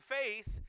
faith